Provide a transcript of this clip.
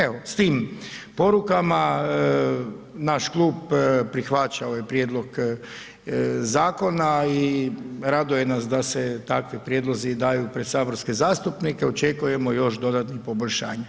Evo, s tim porukama naš klub prihvaća ovaj prijedlog zakona i raduje nas da se takvi prijedlozi daju pred saborske zastupnike, očekujemo još dodatnih poboljšanja.